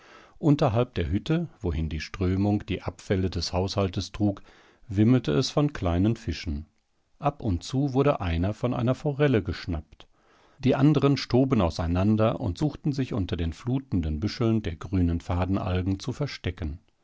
unterhalb der hütte wohin die strömung die abfälle des haushaltes trug wimmelte es von kleinen fischen ab und zu wurde einer von einer forelle geschnappt die anderen stoben auseinander und suchten sich unter den flutenden büscheln der grünen fadenalgen zu verstecken